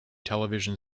television